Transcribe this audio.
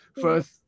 First